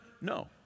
No